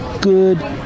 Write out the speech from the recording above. good